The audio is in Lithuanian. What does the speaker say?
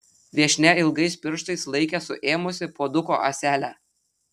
viešnia ilgais pirštais laikė suėmusi puoduko ąselę